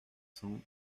cent